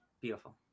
Beautiful